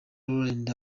rolland